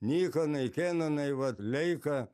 nikonai kenonai vat leika